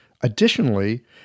Additionally